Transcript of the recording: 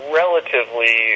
relatively